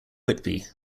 whitby